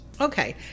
Okay